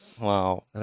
Wow